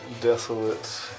desolate